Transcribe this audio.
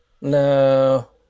no